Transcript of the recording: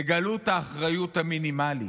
תגלו את האחריות המינימלית.